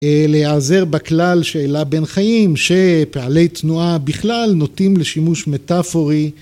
להעזר בכלל שהעלה בן חיים, שפעלי תנועה בכלל נוטים לשימוש מטאפורי.